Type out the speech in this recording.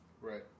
Right